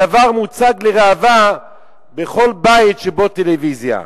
הדבר מוצג לראווה בכל בית שבו טלוויזיה.